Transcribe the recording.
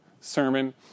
sermon